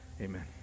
Amen